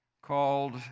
called